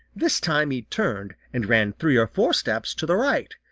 this time he turned and ran three or four steps to the right,